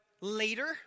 later